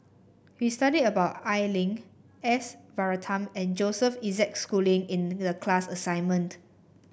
we studied about Al Lim S Varathan and Joseph Isaac Schooling in the class assignment